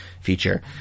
feature